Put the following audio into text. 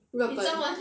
日本